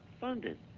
funded